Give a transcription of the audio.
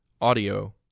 audio